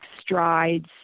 strides